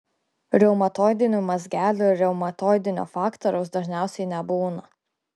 reumatoidinių mazgelių ir reumatoidinio faktoriaus dažniausiai nebūna